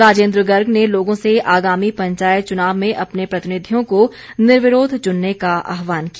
राजेंद्र गर्ग ने लोगों से आगामी पंचायत चुनाव में अपने प्रतिनिधियों को निर्विरोध चुनने का आहवान किया